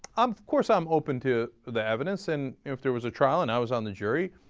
um of course, i'm open to the evidence, and if there was a trial and i was on the jury,